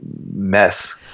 mess